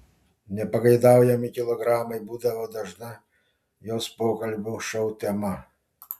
nepageidaujami kilogramai būdavo dažna jos pokalbių šou tema